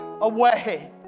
away